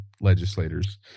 legislators